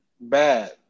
Bad